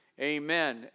Amen